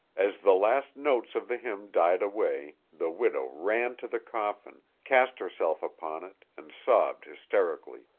as the last notes of the hymn died away the widow ran to the coffin, cast herself upon it and sobbed hysterically.